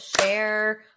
share